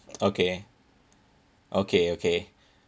okay okay okay